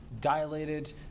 dilated